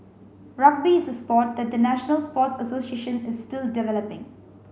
Rugby is a sport that the national sports association is still developing